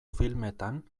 filmetan